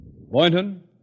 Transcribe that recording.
Boynton